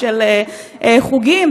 ושל חוגים,